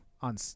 on